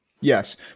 Yes